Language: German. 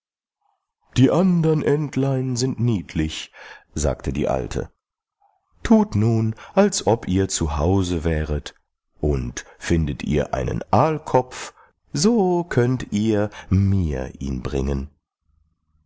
die andern entlein sind niedlich sagte die alte thut nun als ob ihr zu hause wäret und findet ihr einen aalkopf so könnt ihr mir ihn bringen